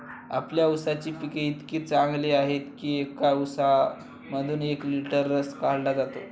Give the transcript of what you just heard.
आपल्या ऊसाची पिके इतकी चांगली आहेत की एका ऊसामधून एक लिटर रस काढला जातो